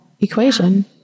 equation